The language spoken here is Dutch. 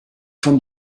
van